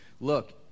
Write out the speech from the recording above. Look